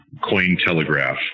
Cointelegraph